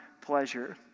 pleasure